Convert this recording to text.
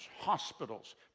hospitals